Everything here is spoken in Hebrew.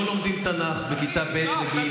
לא לומדים תנ"ך בכיתה ב' וג',